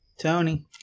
Tony